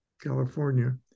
California